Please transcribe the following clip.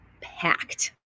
packed